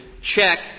check